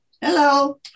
Hello